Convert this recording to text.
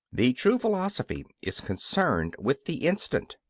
the true philosophy is concerned with the instant.